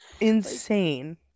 insane